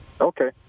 Okay